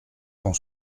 ton